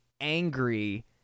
angry